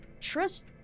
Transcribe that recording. trust